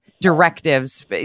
directives